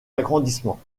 agrandissements